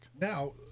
Now